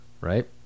right